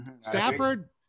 Stafford